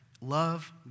love